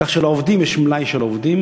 כך שיש מלאי עובדים,